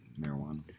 marijuana